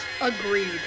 agreed